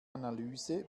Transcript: analyse